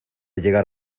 llegar